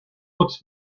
looks